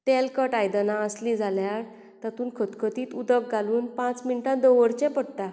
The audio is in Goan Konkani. तेलकट आयदनां आसलीं जाल्यार तातून खतखतीत उदक घालून पांच मिनटां दवरचें पडटा